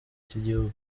cy’igihugu